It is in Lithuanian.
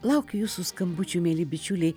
laukiu jūsų skambučių mieli bičiuliai